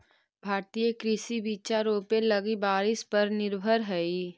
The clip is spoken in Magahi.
भारतीय कृषि बिचा रोपे लगी बारिश पर निर्भर हई